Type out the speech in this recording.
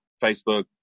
Facebook